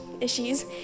issues